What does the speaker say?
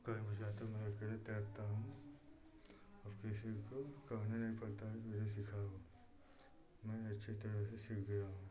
कहीं भी जाते हैं मैं अकेले तैरता हूँ और किसी को कहने नहीं पड़ता है मुझे सिखाओ मैं अच्छी तरह से सीख गया